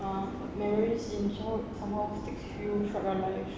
uh memories in child somehow sticks with you for your life